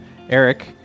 Eric